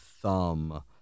thumb